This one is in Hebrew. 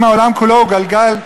אם העולם כולו הוא גלגל,